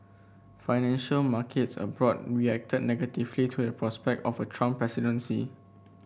financial markets abroad reacted negatively to the prospect of a Trump presidency